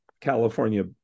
California